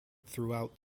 throughout